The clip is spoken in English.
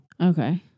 Okay